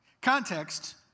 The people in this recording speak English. context